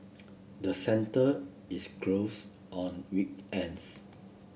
the centre is closed on weekends